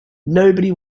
nobody